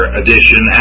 edition